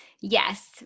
Yes